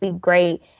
great